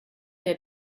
der